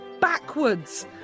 Backwards